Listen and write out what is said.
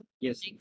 Yes